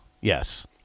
Yes